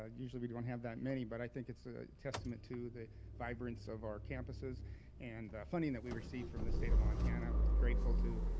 ah usually we don't have that many, but i think it's a testament to the vibrance of our campuses and the funding that we receive from the state of montana with grateful to,